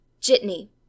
jitney